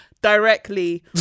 directly